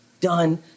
done